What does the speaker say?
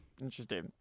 interesting